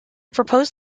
proposed